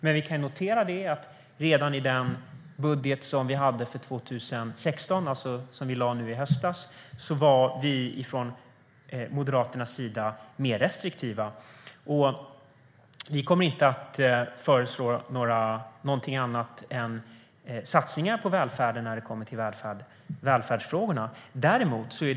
Men redan i den budget som vi lade fram i höstas för 2016 var vi från Moderaternas sida mer restriktiva. Vi kommer inte att föreslå något annat än satsningar när det kommer till välfärdsfrågorna.